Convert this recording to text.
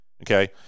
Okay